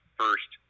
first